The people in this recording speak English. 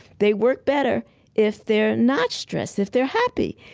they work better if they're not stressed, if they're happy.